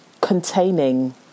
containing